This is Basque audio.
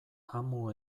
amu